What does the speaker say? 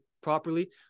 properly